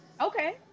Okay